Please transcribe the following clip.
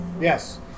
Yes